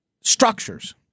structures